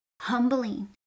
humbling